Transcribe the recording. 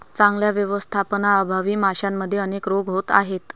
चांगल्या व्यवस्थापनाअभावी माशांमध्ये अनेक रोग होत आहेत